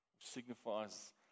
signifies